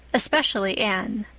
especially anne.